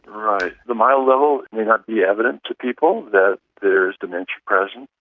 right. the mild level may not be evident to people that there is dementia present,